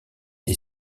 est